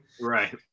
right